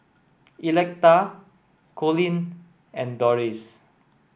Electa Colin and Doris